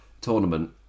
tournament